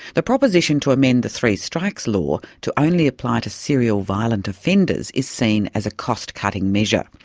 the proposition to amend the three strikes law to only apply to serial violent offenders is seen as a cost-cutting measure.